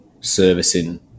servicing